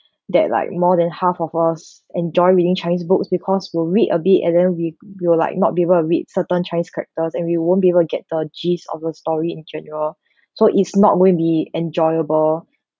that like more than half of us enjoy reading chinese books because we'll read a bit and then we will like not be able to read certain chinese characters and we won't be will get the gist of the story in general so it's not going be enjoyable